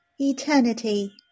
eternity